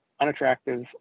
unattractive